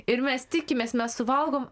ir mes tikimės mes suvalgom